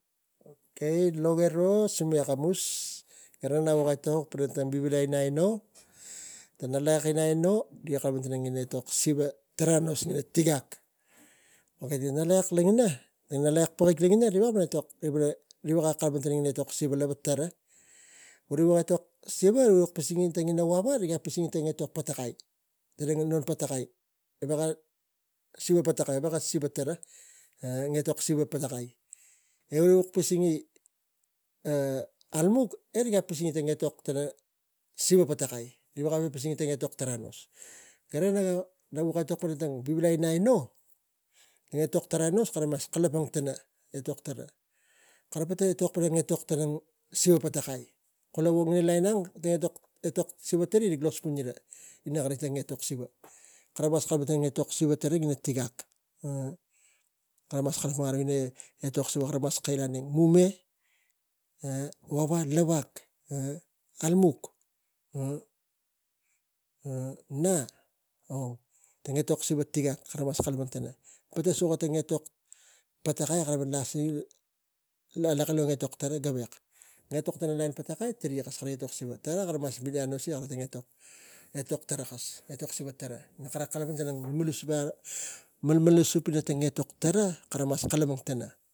Riga veko mo kalapang pana etok siva. E wo kara etok siva riga kalapang e so kara mas kalapang. Nak kara kara veko kalapang pana kam etok siva e ina vila anoisira ina taktak ira ina tang e kokot ima put aro. E giro lakos tang kalapang tanik so tang ot kara etok pana e nak tarai lo tang gan ang, tang gan ang nak tarai gaveko mo malang aino. Tang gan longina ga petakai tang mamana ot ga po vekon aro malang aino, mamana ot aino garo e nak etok pana kara mas kalapang e kara e kara mas kalapang angasik kara tigak e rik mas kalapang ina etok siva e kara mas kalapang ina suai, suai kara tang vap leara, mas suai ani lo matana lui. E wog kara veko tokon suai, kara veka suai gaveka tokon ro lo matana lui. Na gaveko tokon lo kara tang ina e kokot kara mas suai ina kara etok gi mas put aro e vo kara veko suai kara veka tokon kokot lava e lui lava veko ro. Patmanui gi ong kula tang vivilai suai ga veko kalapang minang. Nak sa etok auneng gan logina.